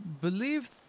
believe